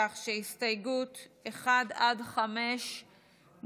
כך שהסתייגויות 1 עד 5 מוסרות.